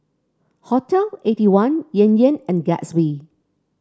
Hotel Eighty one Yan Yan and Gatsby